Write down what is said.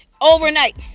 overnight